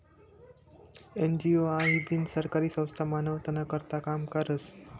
NGO हाई बिनसरकारी संस्था मानवताना करता काम करस